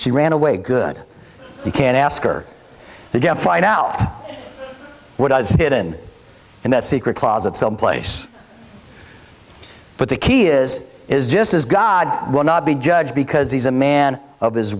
she ran away good you can ask her again find out what does it in and the secret closet someplace but the key is is just as god will not be judged because he's a man of his